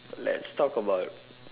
let's talk about